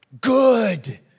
good